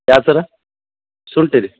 ಯಾವ್ದು ಸರ ಶುಂಠಿ ರೀ